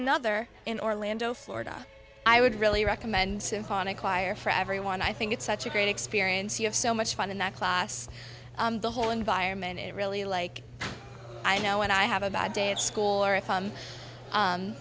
another in orlando florida i would really recommend symphonic choir for everyone i think it's such a great experience you have so much fun in that class the whole environment it really like i know when i have a bad day at school or if i'm